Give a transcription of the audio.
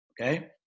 Okay